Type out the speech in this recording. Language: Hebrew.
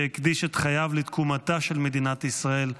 שהקדיש את חייו לתקומתה של מדינת ישראל,